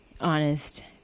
honest